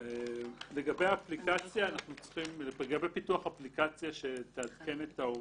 לגבי פיתוח אפליקציה שתעדכן את ההורים,